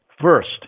first